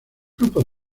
grupos